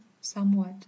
somewhat